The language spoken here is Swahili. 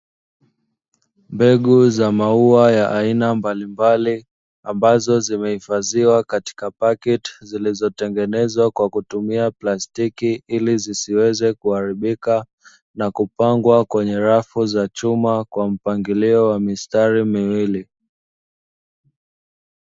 Mbegu za maua ya aina mbalimbali ambazo zimehifadhiwa katika paketi zilizotengenezwa kwa kutumia plastiki, ili zisiweze kuharibika na kupangwa kwenye shelfu za chuma kwa mpangilio wa mistari miwili.